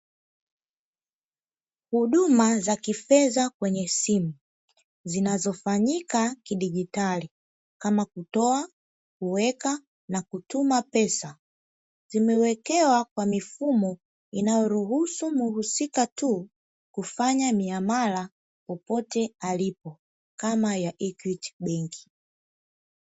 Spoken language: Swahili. Huduma za kifedha kwenye simu zinazofanyika kidigitali kama kutoa, kuweka na kutuma pesa; zimewekewa kwa mifumo inayoruhusu mhusika tu kufanya miamala popote alipo kama ya "EQUITY" benki.